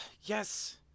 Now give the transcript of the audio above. Yes